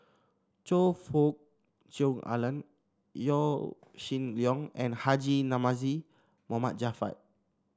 Choe Fook Cheong Alan Yaw Shin Leong and Haji Namazie Mohd Javad